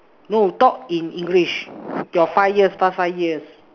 no talk in English your five year your past five years